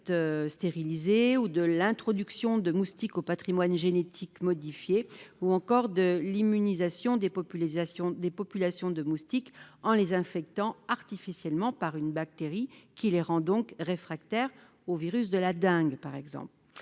de l'introduction de moustiques au patrimoine génétique modifié, ou encore de l'immunisation des populations de moustiques en les infectant artificiellement par une bactérie les rendant réfractaires au virus de la dengue, par exemple.